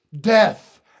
death